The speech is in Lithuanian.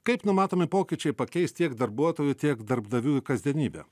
kaip numatomi pokyčiai pakeis tiek darbuotojų tiek darbdavių kasdienybę